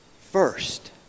first